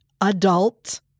adult